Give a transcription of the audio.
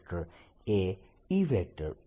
ds એ E